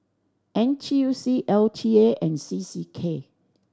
N T U C L T A and C C K